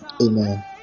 Amen